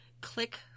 Click